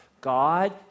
God